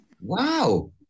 Wow